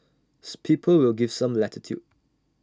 people will give some latitude